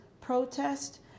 protest